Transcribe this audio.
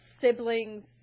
siblings